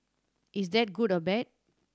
is that good or bad